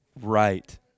Right